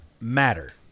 matter